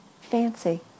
fancy